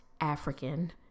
African